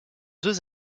deux